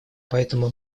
поэтому